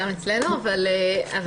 תודה רבה.